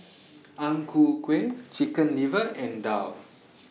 Ang Ku Kueh Chicken Liver and Daal